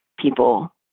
people